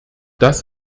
das